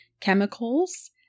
chemicals